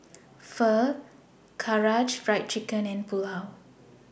Pho Karaage Fried Chicken and Pulao